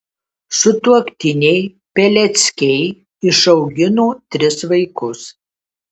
sutuoktiniai peleckiai išaugino tris vaikus